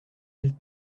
elles